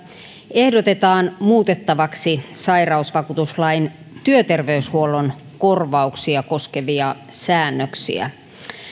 ehdotetaan muutettavaksi sairausvakuutuslain työterveyshuollon korvauksia koskevia säännöksiä